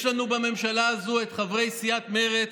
יש לנו בממשלה הזאת את חברי סיעת מרצ,